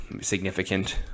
significant